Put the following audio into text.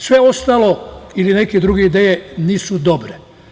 Sve ostalo ili neke druge ideje nisu dobre.